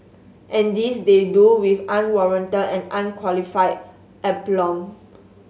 and this they do with unwarranted and unqualified aplomb